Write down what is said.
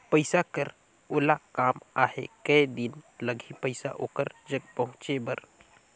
पइसा कर ओला काम आहे कये दिन लगही पइसा ओकर जग पहुंचे बर?